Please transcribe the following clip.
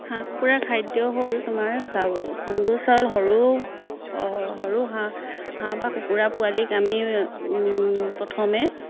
হাঁহ কুকুৰা খাদ্য হ'ল তোমাৰ চাউল খুদ চাউল সৰু সৰু হাঁহ হাঁহ বা কুকুৰা পোৱালিক আমি প্ৰথমে